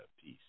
Peace